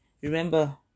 Remember